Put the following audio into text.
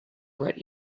right